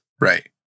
Right